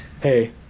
hey